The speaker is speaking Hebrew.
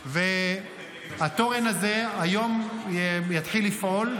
--- והתורן הזה היום יתחיל לפעול,